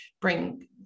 bring